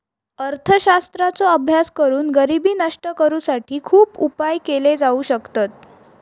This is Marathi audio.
अर्थशास्त्राचो अभ्यास करून गरिबी नष्ट करुसाठी खुप उपाय केले जाउ शकतत